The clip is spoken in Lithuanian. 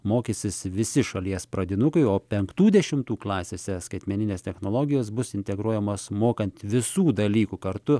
mokysis visi šalies pradinukai o penktų dešimtų klasėse skaitmeninės technologijos bus integruojamos mokant visų dalykų kartu